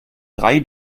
drei